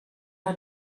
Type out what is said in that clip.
are